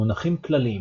מונחים כלליים